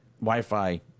Wi-Fi